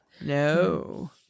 no